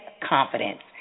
confidence